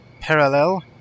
parallel